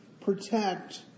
protect